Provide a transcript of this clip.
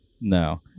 No